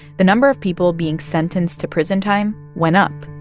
the number of people being sentenced to prison time went up.